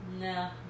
No